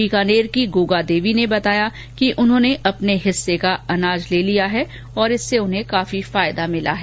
बीकानेर की गोगादेवी ने बताया कि उन्होंने अपने हिस्से का अनाज ले लिया है और इससे उन्हें काफी फायदा मिला है